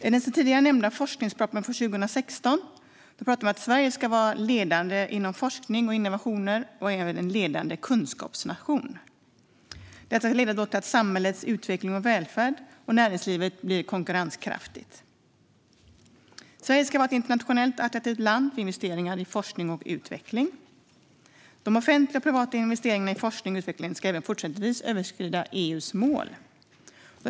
I den tidigare nämnda forskningspropositionen från 2016 talas det om att Sverige ska vara ledande inom forskning och innovationer och även en ledande kunskapsnation. Detta ska leda till samhällets utveckling och välfärd och till ett konkurrenskraftigt näringsliv. Sverige ska vara ett internationellt attraktivt land med investeringar i forskning och utveckling. De offentliga och privata investeringarna i forskning och utveckling ska även fortsättningsvis överstiga EU:s mål.